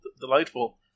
delightful